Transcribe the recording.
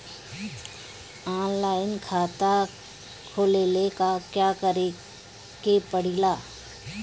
Online खाता खोले ला का का करे के पड़े ला?